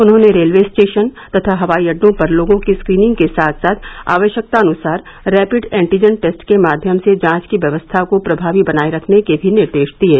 उन्होंने railway station तथा हवाई अड्डों पर लोगों की स्क्रीनिंग के साथ साथ आवश्यकतानुसार रैपिड एंटीजन टेस्ट के माध्यम से जांच की व्यवस्था को प्रभावी बनाये रखने के भी निर्देश दिये